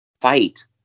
fight